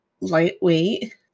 lightweight